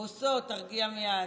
בוסו, תרגיע מייד.